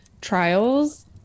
trials